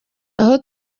aho